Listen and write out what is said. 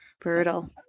Brutal